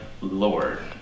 Lord